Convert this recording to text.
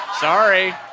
Sorry